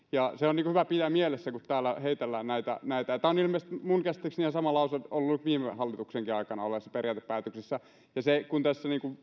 ja se on hyvä pitää mielessä kun täällä heitellään näitä ja minun käsitykseni mukaan ilmeisesti ihan sama lause on ollut viime hallituksenkin aikana olleissa periaatepäätöksissä kun tässä